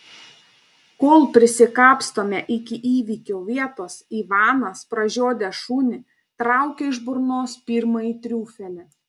kol prisikapstome iki įvykio vietos ivanas pražiodęs šunį traukia iš burnos pirmąjį triufelį